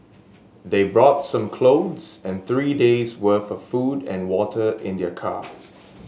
they brought some clothes and three days' worth of food and water in their car